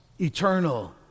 eternal